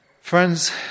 Friends